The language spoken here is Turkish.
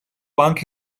banka